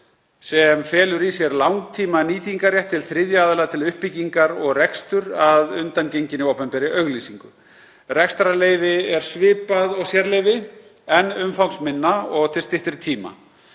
sem felur í sér langtímanýtingarrétt til þriðja aðila til uppbyggingar og reksturs að undangenginni opinberri auglýsingu. Rekstrarleyfi er svipað og sérleyfi en umfangsminna og til styttri tíma.